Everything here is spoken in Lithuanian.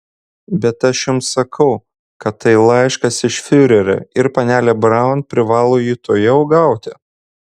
bet aš jums sakau kad tai laiškas iš fiurerio ir panelė braun privalo jį tuojau gauti